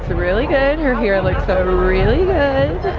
really good. her hair looks but really good.